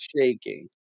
shaking